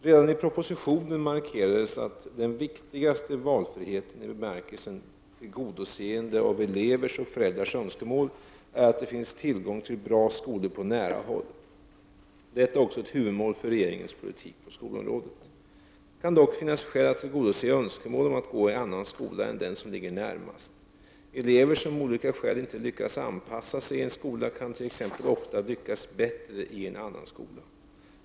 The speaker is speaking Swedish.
Redan i propositionen markerades att den viktigaste ”valfriheten” i bemärkelsen tillgodoseende av elevers och föräldrars önskemål är att det finns tillgång till bra skolor på nära håll. Detta är också ett huvudmål för regeringens politik på skolområdet. Det kan dock finnas skäl att tillgodose önskemål om att gå i en annan skola än den som ligger närmast. Elever som av olika skäl inte lyckas anpassa sig i en skola kan t.ex. ofta lyckas bättre i en annan skola.